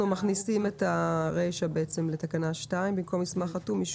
ורישום בדבר האימות האמור בתעודה הבין-לאומית למניעת